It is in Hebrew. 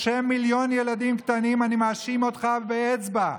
בשם מיליון ילדים קטנים, אני מאשים אותך באצבע.